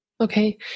okay